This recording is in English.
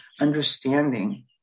understanding